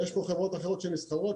ויש פה חברות אחרות שנסחרות,